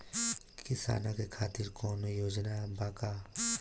किसानों के खातिर कौनो योजना बा का?